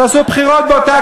תעשו בחירות באותה